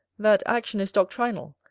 that action is doctrinal,